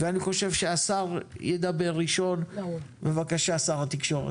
ואני חושב שהשר ידבר ראשון, בבקשה שר התקשורת.